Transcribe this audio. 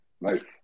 Nice